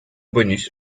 bonus